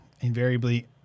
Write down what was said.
invariably